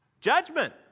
Judgment